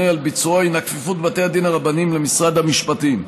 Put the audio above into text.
על ביצועו הוא כפיפות בתי הדין הרבניים למשרד המשפטים.